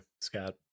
Scott